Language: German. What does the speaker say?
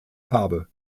farbe